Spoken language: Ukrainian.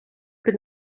під